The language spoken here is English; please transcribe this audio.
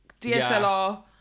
dslr